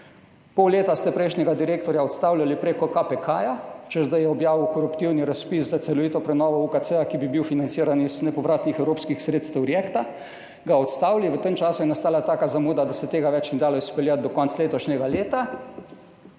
Pol leta ste prejšnjega direktorja odstavljali prek KPK, češ da je objavil koruptivni razpis za celovito prenovo UKC, ki bi bil financiran iz nepovratnih evropskih sredstev REACT-EU, ga odstavili, v tem času je nastala taka zamuda, da se tega ni več dalo izpeljati do konca letošnjega leta